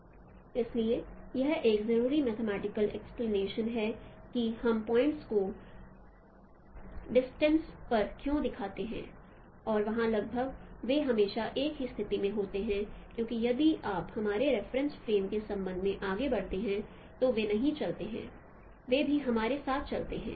इसलिए यह एक ज़रूरी मैथेमैटिकल एक्सप्लेनेशन है कि हम पॉइंटस को डिस्टेंस पर क्यों देखते हैं और वहाँ लगभग वे हमेशा एक ही स्थिति में होते हैं क्योंकि यदि आप हमारे रेफरेंस फ्रेम के संबंध में आगे बढ़ते हैं तो वे नहीं चलते हैं वे भी हमारे साथ चलते हैं